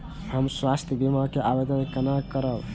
हम स्वास्थ्य बीमा के आवेदन केना करब?